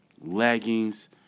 leggings